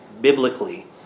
biblically